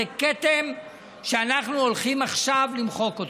זה כתם שאנחנו הולכים עכשיו למחוק אותו,